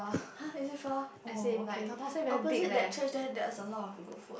[huh] is it far oh okay opposite that church there there's a lot of good food